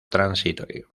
transitorio